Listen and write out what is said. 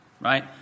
right